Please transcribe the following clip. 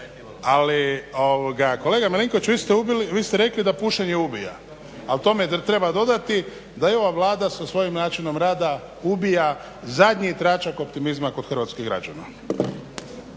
Ali kolega Milinković vi ste rekli da pušenje ubija. Ali tome treba dodati da i ova Vlada sa svojim načinom rada ubija zadnji tračak optimizma kod hrvatskih građana.